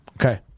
Okay